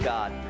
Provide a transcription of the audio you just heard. God